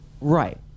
Right